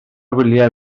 wyliau